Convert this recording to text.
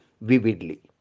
vividly